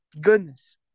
goodness